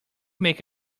make